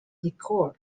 record